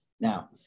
Now